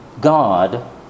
God